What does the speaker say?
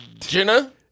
Jenna